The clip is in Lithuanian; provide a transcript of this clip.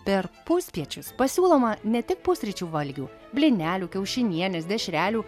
per puspiečius pasiūloma ne tik pusryčių valgių blynelių kiaušinienės dešrelių